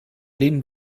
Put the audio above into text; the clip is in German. lehnen